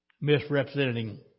misrepresenting